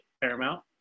Paramount